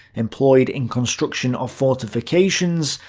employed in construction of fortifications,